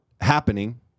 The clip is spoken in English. happening